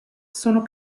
sono